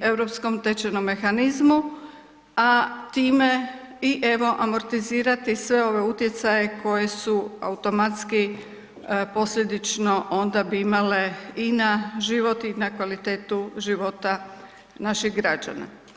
u europskom tečajnom mehanizmu, a time, i evo, amortizirati sve ove utjecaje koji su automatski posljedično onda bi imale i na život i na kvalitetu života naših građana.